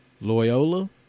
Loyola